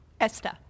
Esther